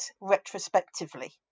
retrospectively